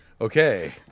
Okay